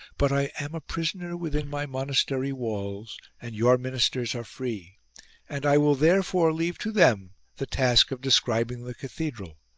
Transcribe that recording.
but i am a prisoner within my monastery walls and your ministers are free and i will therefore leave to them the task of describing the cathedral,